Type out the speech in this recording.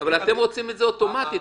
אבל אתם רוצים את זה אוטומטית.